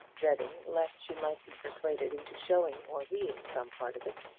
dreading lest she might be persuaded into showing or reading some part of it.